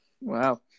Wow